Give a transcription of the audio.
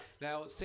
Now